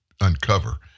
uncover